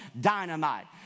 dynamite